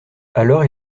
alors